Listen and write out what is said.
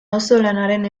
auzolanaren